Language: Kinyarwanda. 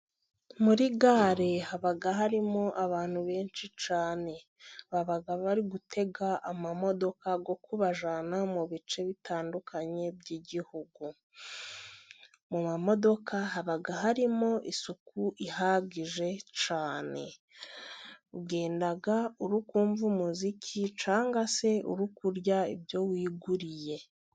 Muri gare haba harimo abantu benshi cyane baba bari gutega amamodoka yo kubajyana mu bice bitandukanye by'igihugu, mu mamodoka haba harimo isuku ihagije cyane, ugenda uri kumva umuziki cyangwa se uri kurya ibyo wiguriye.